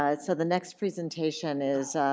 ah so the next presentation is